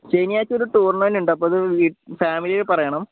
ശനിയാഴ്ച ഒരു ടൂർണമെൻ്റുണ്ട് അപ്പോൾ അത് ഫാമിലിയിൽ പറയണം